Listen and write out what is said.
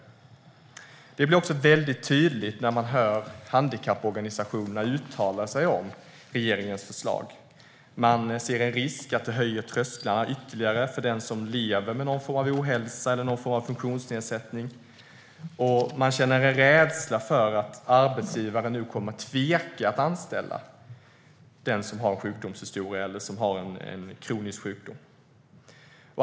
Detta blir också väldigt tydligt när man hör handikapporganisationerna uttala sig om regeringens förslag. Man ser en risk för att det höjer trösklarna ytterligare för den som lever med någon form av ohälsa eller funktionsnedsättning, och man känner en rädsla för att arbetsgivaren nu kom-mer att tveka att anställa den som har en sjukdomshistoria eller en kronisk sjukdom.